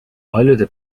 paljude